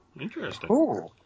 interesting